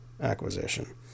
acquisition